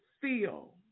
feel